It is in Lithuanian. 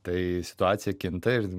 tai situacija kinta ir